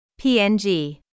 PNG